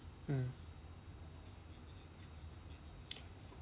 mm